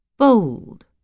Bold